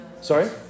Sorry